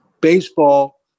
baseball